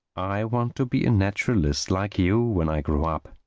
i want to be a naturalist like you when i grow up.